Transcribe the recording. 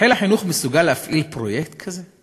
חיל החינוך מסוגל להפעיל פרויקט כזה?